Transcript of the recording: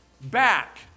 back